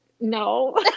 no